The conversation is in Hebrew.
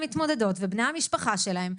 המתמודדות ובני המשפחה שלהם,